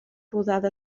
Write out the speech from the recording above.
rodada